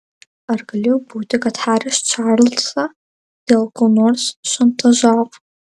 ar galėjo būti kad haris čarlzą dėl ko nors šantažavo